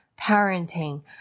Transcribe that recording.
parenting